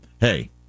Hey